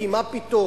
כי מה פתאום?